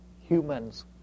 humans